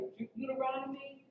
Deuteronomy